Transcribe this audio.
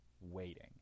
waiting